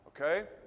Okay